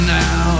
now